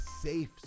safe